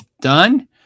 done